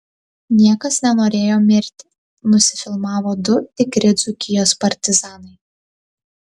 niekas nenorėjo mirti nusifilmavo du tikri dzūkijos partizanai